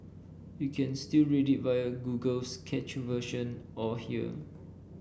you can still read it via Google's cached version or here